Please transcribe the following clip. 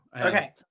Okay